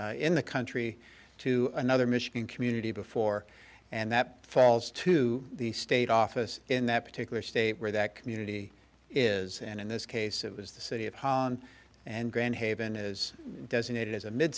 city in the country to another michigan community before and that falls to the state office in that particular state where that community is and in this case it was the city of hahn and grand haven is designated